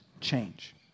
change